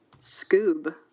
Scoob